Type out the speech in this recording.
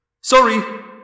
Sorry